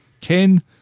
Ken